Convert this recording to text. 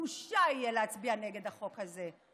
בושה יהיה להצביע נגד החוק הזה.